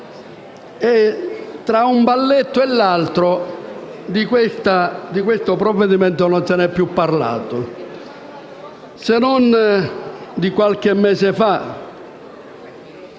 e, tra un balletto e l'altro, del provvedimento non si è più parlato, se non qualche mese fa.